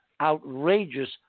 outrageous